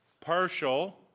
Partial